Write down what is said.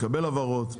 לקבל הבהרות,